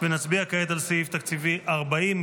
ונצביע כעת על סעיף תקציבי 40,